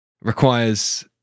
requires